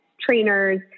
trainers